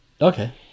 Okay